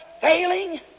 failing